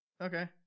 Okay